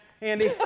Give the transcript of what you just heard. Andy